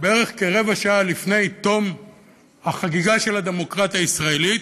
בערך כרבע שעה לפני תום החגיגה של הדמוקרטיה הישראלית,